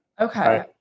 Okay